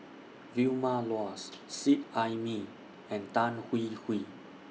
Vilma Laus Seet Ai Mee and Tan Hwee Hwee